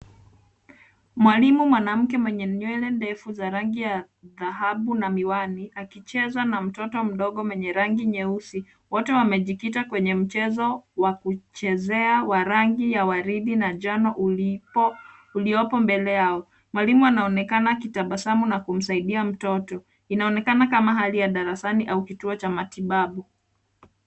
Mwalimu mwanamke mwenye nywele ndefu za rangi ya dhahabu na miwani akicheza na mtoto mdogo mwenye rangi nyeusi. Wote wamejikita kwenye mchezo wa kuchezea wa rangi ya waridi na njano uliopo mbele yao. Mwalimu anaonekana akitabasamu na kumsaidia mtoto. Inaonekana kama hali ya darasani au kituo cha matibabu.